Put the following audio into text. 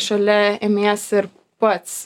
šalia ėmiesi ir pats